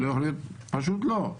פשוט לא.